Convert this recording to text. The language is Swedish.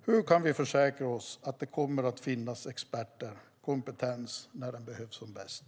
Hur kan vi försäkra oss om att det kommer att finnas expertkompetens när den behövs som bäst?